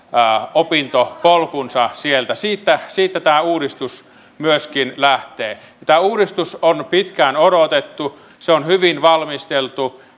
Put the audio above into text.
opintopolkunsa sieltä siitä siitä tämä uudistus myöskin lähtee tätä uudistusta on pitkään odotettu se on hyvin valmisteltu